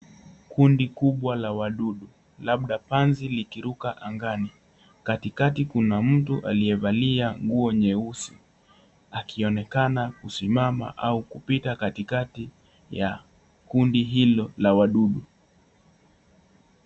Kundi kubwa la wadudu, labda panzi likiruka angani, katikati kuna mtu aliyevaa nguo nyeusi, akionekana kusimama au kupita katikati ya kundi hilo la wadudu.